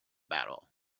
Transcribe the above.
battle